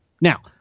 Now